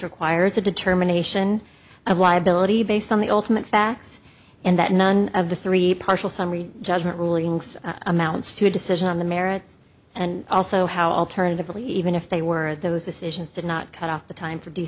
requires a determination of liability based on the ultimate facts and that none of the three partial summary judgment rulings amounts to a decision on the merits and also how alternatively even if they were those decisions to not cut off the time for